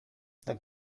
the